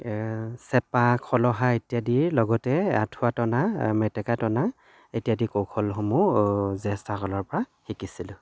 চেপা খলহা ইত্যাদিৰ লগতে আঁঠুৱা টনা মেটেকা টনা ইত্যাদি কৌশলসমূহ জ্য়েষ্ঠসকলৰ পৰা শিকিছিলোঁ